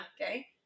Okay